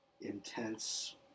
intense